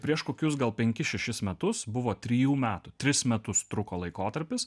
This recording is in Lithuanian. prieš kokius gal penkis šešis metus buvo trijų metų tris metus truko laikotarpis